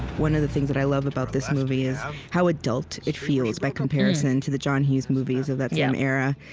one of the things that i love about this movie is how adult it feels by comparison to the john hughes movies of that same yeah um era.